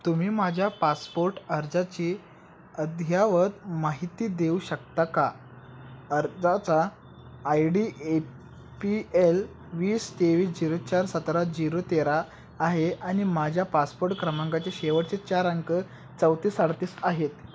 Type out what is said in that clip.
तुम्ही माझ्या पासपोर्ट अर्जाची अद्ययावत माहिती देऊ शकता का अर्जाचा I D A P L वीस तेवीस झिरो चार सतरा झिरो तेरा आहे आणि माझ्या पासपोर्ट क्रमांकाचे शेवटचे चार अंक चौतीस अडतीस आहेत